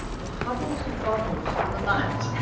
it hubbles and bubbles in the night.